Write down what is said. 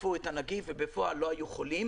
חטפו את הנגיף ובפועל לא היו חולים.